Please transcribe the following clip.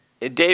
Dave